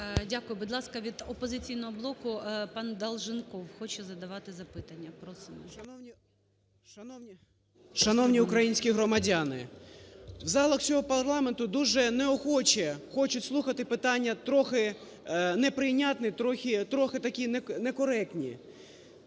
Дякую. Будь ласка, від "Опозиційного блоку" пан Долженков хоче задавати запитання. Просимо. 10:53:14 ДОЛЖЕНКОВ О.В. Шановні українські громадяни! В залах цього парламенту дуже неохоче хочуть слухати питання трохи неприйнятні, трохи такі некоректні,